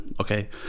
okay